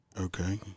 okay